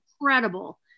incredible